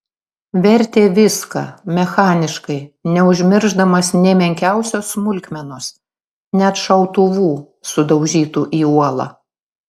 vertė viską mechaniškai neužmiršdamas nė menkiausios smulkmenos net šautuvų sudaužytų į uolą